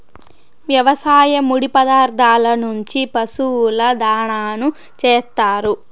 వ్యవసాయ ముడి పదార్థాల నుంచి పశువుల దాణాను చేత్తారు